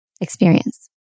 experience